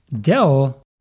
Dell